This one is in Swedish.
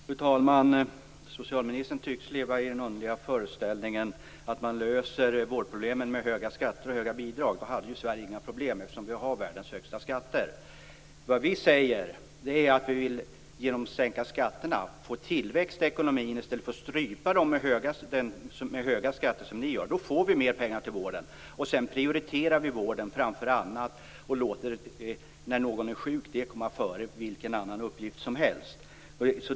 Fru talman! Socialministern tycks leva i den underliga föreställningen att man löser vårdproblemen med höga skatter och höga bidrag. Men då hade ju Sverige inga problem, eftersom vi har världens högsta skatter. Vad vi säger är att vi genom att sänka skatterna vill få tillväxt i ekonomin i stället för att strypa den med höga skatter, som ni gör. Då får vi mer pengar till vården. Vi prioriterar vården framför annat och låter vården av sjuka komma före vilken annan uppgift som helst.